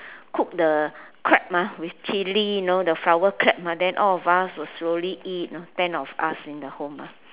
cook the crab ah with chili know the flower crab ah then all of us will slowly eat ten of us in the home